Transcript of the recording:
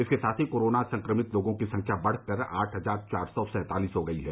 इसके साथ ही कोरोना संक्रमित लोगों की संख्या बढ़कर आठ हजार चार सौ सैंतालिस हो गई है